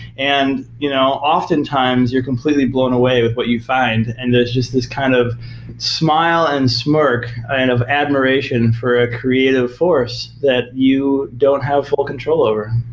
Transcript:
and you know often times, you're completely blown away with what you find and there's just this kind of smile and smirk and of admiration for a creative force that you don't have full control over.